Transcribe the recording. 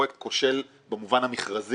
פרויקט כושל במובן המכרזי.